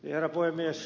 herra puhemies